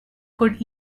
could